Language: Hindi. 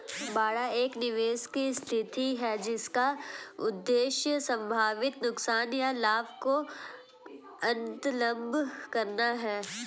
बाड़ा एक निवेश की स्थिति है जिसका उद्देश्य संभावित नुकसान या लाभ को अन्तर्लम्ब करना है